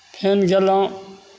फेन गेलहुँ